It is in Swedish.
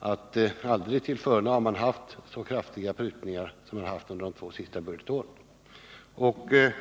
att man aldrig tillförne har haft så kraftiga prutningar som under de två senaste budgetåren.